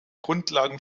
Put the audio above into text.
grundlage